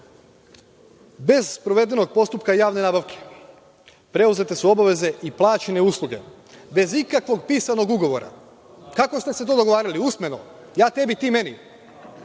sprovedenog postupka javne nabavke preuzete su obaveze i plaćene usluge, bez ikakvog pisanog ugovora. Kako ste se to dogovarali? Usmeno, ja tebi, ti meni?